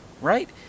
Right